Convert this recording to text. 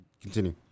Continue